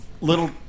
little